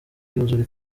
yuzura